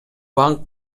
банк